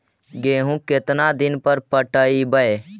गेहूं केतना दिन पर पटइबै?